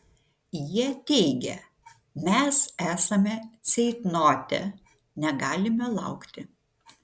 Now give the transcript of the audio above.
jie teigia mes esame ceitnote negalime laukti